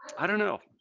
i don't know